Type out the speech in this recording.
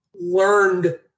learned